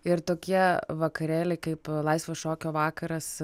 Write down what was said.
ir tokie vakarėliai kaip laisvo šokio vakaras